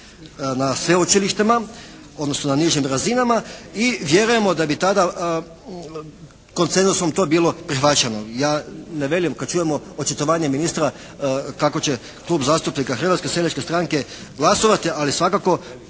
na sveučilištima odnosno na nižim razinama. I vjerujemo da bi tada koncenzusom to bilo prihvaćeno. Ja ne velim, kad čujemo očitovanje ministra kako će Klub zastupnika Hrvatske seljačke stranke glasovati ali svakako